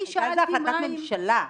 אני שאלתי -- הייתה על זה החלטת ממשלה,